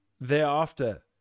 thereafter